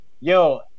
Yo